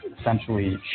essentially